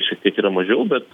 šiek tiek yra mažiau bet